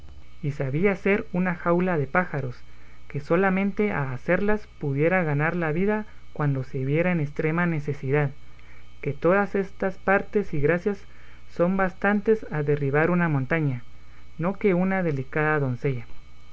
y sabía hacer una jaula de pájaros que solamente a hacerlas pudiera ganar la vida cuando se viera en estrema necesidad que todas estas partes y gracias son bastantes a derribar una montaña no que una delicada doncella